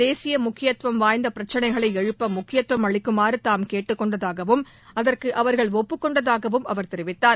தேசிய முக்கியத்துவம் வாய்ந்த பிரச்சினைகளை எழுப்ப முக்கியத்துவம் அளிக்குமாறு தாம் கேட்டுக் கொண்டதாகவும் அதற்கு அவர்கள் ஒப்புக் கொண்டதாகவும் அவர் தெரிவித்தார்